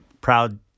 proud